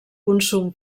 consum